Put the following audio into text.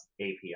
API